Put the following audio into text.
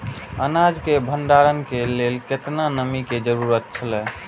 अनाज के भण्डार के लेल केतना नमि के जरूरत छला?